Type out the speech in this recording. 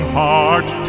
heart